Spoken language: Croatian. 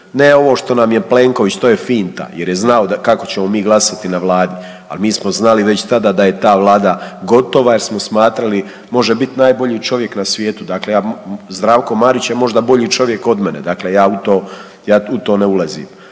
Ne ovo što nam je Plenković, to je finta jer je znao kako ćemo mi glasati na Vladi. Ali mi smo znali već tada da je ta Vlada gotova jer smo smatrali može biti najbolji čovjek na svijetu dakle, Zdravko Marić je možda bolji čovjek od mene, dakle ja u to ne ulazim.